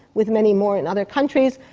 with many more in other countries,